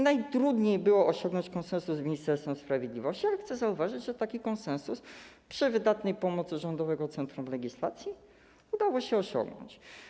Najtrudniej było osiągnąć konsensus z Ministerstwem Sprawiedliwości, ale chcę zauważyć, że taki konsens przy wydatnej pomocy Rządowego Centrum Legislacji udało się osiągnąć.